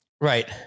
Right